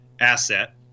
asset